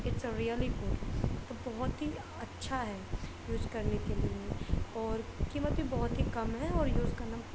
it's really good تو بہت ہی اچھا ہے یوز کرنے کے لیے اور قیمت بھی بہت ہی کم ہے اور یوز کرنا